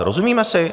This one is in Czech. Rozumíme si?